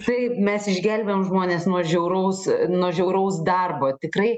taip mes išgelbėjom žmones nuo žiauraus nuo žiauraus darbo tikrai